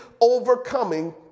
overcoming